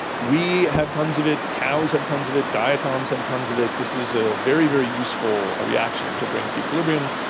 we have tonnes of it, cows have tonnes of it, diatoms have tonnes of it, this is a very, very useful reaction to bring to equilibrium.